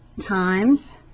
times